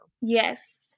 Yes